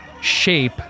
shape